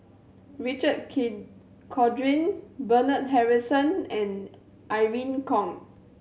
Richard Corridon Bernard Harrison and Irene Khong